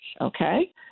okay